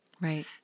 right